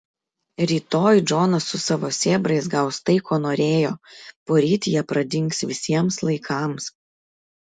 rytoj džonas su savo sėbrais gaus tai ko norėjo poryt jie pradings visiems laikams